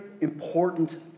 important